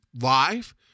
live